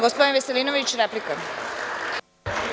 Gospodin Veselinović, replika.